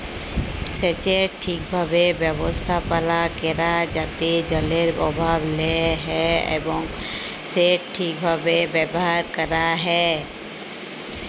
সেচের ঠিকভাবে ব্যবস্থাপালা ক্যরা যাতে জলের অভাব লা হ্যয় এবং সেট ঠিকভাবে ব্যাভার ক্যরা হ্যয়